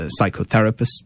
psychotherapist